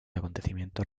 acontecimientos